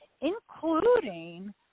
including